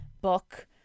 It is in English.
book